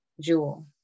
Jewel